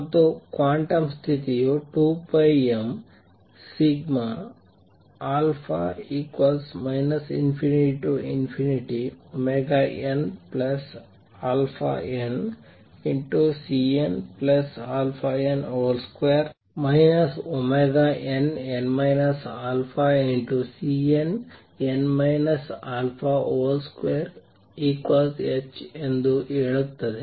ಮತ್ತು ಕ್ವಾಂಟಮ್ ಸ್ಥಿತಿಯು 2πmα ∞nαn|Cnαn |2 nn α|Cnn α |2h ಎಂದು ಹೇಳುತ್ತದೆ